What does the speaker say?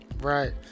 right